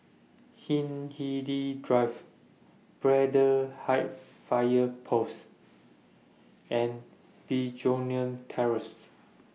Hindhede Drive Braddell Heights Fire Post and Begonia Terrace